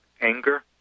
anger